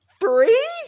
Free